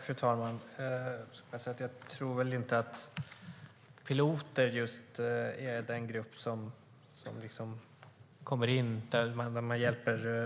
Fru talman! Jag tror väl inte att